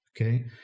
okay